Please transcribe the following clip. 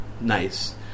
nice